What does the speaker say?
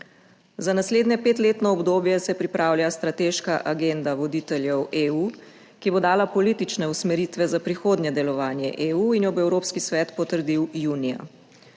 Za naslednje petletno obdobje se pripravlja strateška agenda voditeljev EU, ki bo dala politične usmeritve za prihodnje delovanje EU in jo bo Evropski svet potrdil junija.